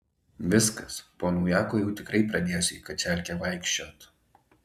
viskas po naujako jau tikrai pradėsiu į kačialkę vaikščiot